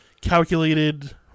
calculated